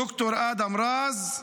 ד"ר אדם רז,